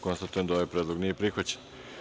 Konstatujem da ovaj predlog nije prihvaćen.